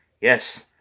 Yes